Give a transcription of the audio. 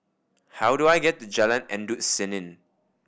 how do I get to Jalan Endut Senin